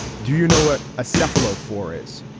do you know what a cell below four is.